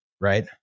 right